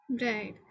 Right